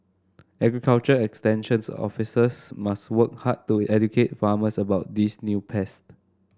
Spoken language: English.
agriculture extension officers must work hard to educate farmers about these new pest